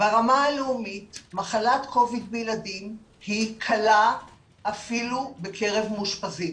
"ברמה הלאומית מחלת covid בילדים היא קלה אפילו בקרב מאושפזים.